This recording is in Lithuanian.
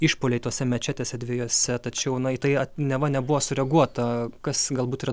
išpuoliai tose mečetėse dviejose tačiau tai neva nebuvo sureaguota kas galbūt yra